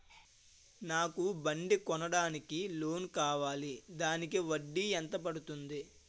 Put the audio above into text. నాకు బండి కొనడానికి లోన్ కావాలిదానికి వడ్డీ ఎంత పడుతుంది?